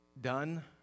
done